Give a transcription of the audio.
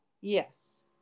yes